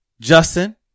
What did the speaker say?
justin